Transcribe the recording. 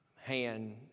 hand